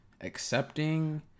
accepting